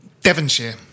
Devonshire